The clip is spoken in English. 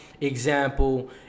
example